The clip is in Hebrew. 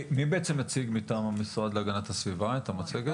מי בעצם מציג מטעם המשרד להגנת הסביבה את המצגת?